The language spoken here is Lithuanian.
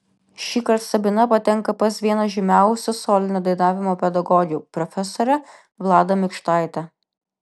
šįkart sabina patenka pas vieną žymiausių solinio dainavimo pedagogių profesorę vladą mikštaitę